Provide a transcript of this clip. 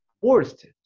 forced